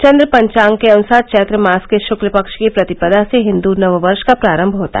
चंद्र पंचाग के अनुसार चैत्र मास के शुक्ल पक्ष की प्रतिपदा से हिंदू नववर्ष का आरम होता